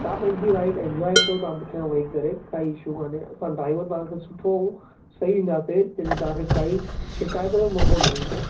तव्हां पहिंजी ride enjoy कयो तव्हां पुठियां वेही करे काई इशु कान्हे असां ड्राइवर तव्हां खे सुठो सही ॾींदासीं जंहिं में तव्हां खे काइ शिकायत जो मौको न ॾींदो